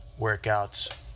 workouts